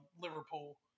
Liverpool